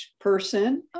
person